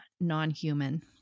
non-human